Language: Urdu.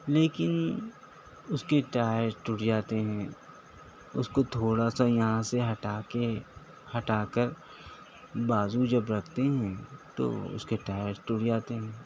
لیکن اُس کے ٹائر ٹوٹ جاتے ہیں اس کو تھوڑا سا یہاں سے ہٹا کے ہٹا کر بازو جب رکھتے ہیں تو اس کے ٹائر ٹوٹ جاتے ہیں